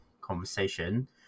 conversation